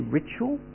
ritual